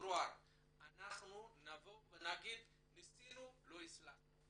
פברואר ואז נבוא ונאמר אם הצלחנו או לא.